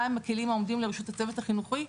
מהם הכלים שעומדים לרשות הצוות החינוכי,